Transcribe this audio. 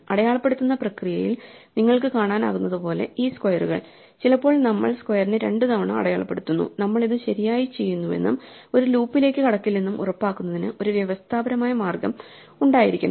അടയാളപ്പെടുത്തുന്ന പ്രക്രിയയിൽ നിങ്ങൾക്ക് കാണാനാകുന്നതുപോലെ ഈ സ്ക്വയറുകൾ ചിലപ്പോൾ നമ്മൾ സ്ക്വയറിനെ രണ്ടുതവണ അടയാളപ്പെടുത്തുന്നു നമ്മൾ ഇത് ശരിയായി ചെയ്യുന്നുവെന്നും ഒരു ലൂപ്പിലേക്ക് കടക്കില്ലെന്നും ഉറപ്പാക്കുന്നതിന് ഒരു വ്യവസ്ഥാപരമായ മാർഗം ഉണ്ടായിരിക്കണം